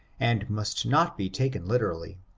and must not be taken literally.